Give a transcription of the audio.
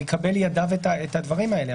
הוא יקבל לידיו את הדברים האלה,